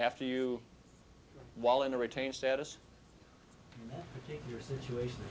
after you while in a retain status your situation